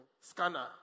scanner